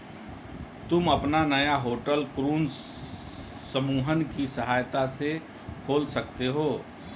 तुम अपना नया होटल ऋण समूहन की सहायता से खोल सकते हो